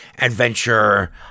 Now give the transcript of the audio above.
adventure